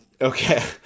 Okay